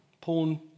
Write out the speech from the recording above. porn